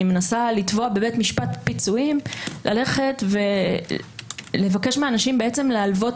מנסה לתבוע בבית משפט פיצויים הייתי צריכה ללכת ולבקש מאנשים להלוות